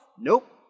Nope